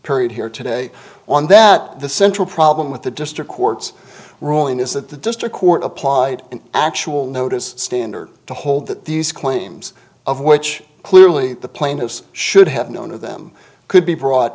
period here today one that the central problem with the district court's ruling is that the district court applied an actual notice standard to hold that these claims of which clearly the plaintiffs should have known of them could be brought